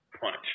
punch